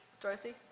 Dorothy